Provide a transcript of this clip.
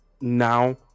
now